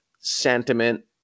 sentiment